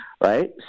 right